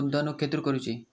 गुंतवणुक खेतुर करूची?